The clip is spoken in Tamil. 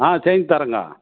ஆ செஞ்சு தரேங்க